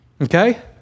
Okay